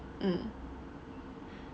mm